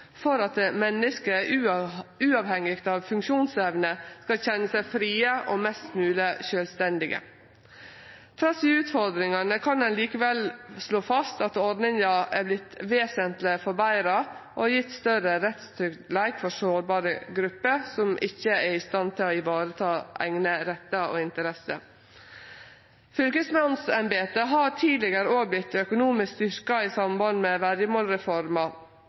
for at menneske uavhengig av funksjonsevne skal kjenne seg frie og mest mogleg sjølvstendige. Trass i utfordringane kan ein slå fast at ordninga er vesentleg forbetra og gjev større rettstryggleik for sårbare grupper som ikkje er i stand til å ta vare på eigne rettar og interesser. Fylkesmannsembetet har tidlegare òg vorte økonomisk styrkt i samband med